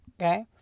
okay